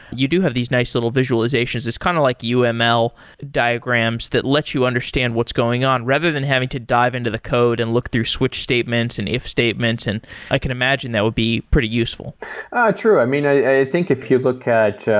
you do have these nice little visualizations. it's kind of like ah uml diagrams that let you understand what's going on, rather than having to dive into the code and look through switch statements and if statements. and i can imagine that would be pretty useful true. i mean, i think if you look at